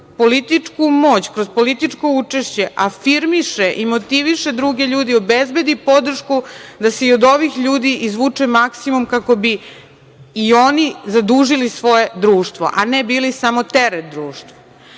političku moć, kroz političko učešće afirmiše i motiviše druge ljude i obezbedi podršku da se i od ovih ljudi izvuče maksimum kako bi i oni zadužili svoje društvo, a ne bili samo teret društvu. Ja